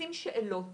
מפיצים שאלות,